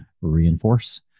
reinforce